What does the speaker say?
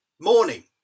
morning